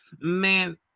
Man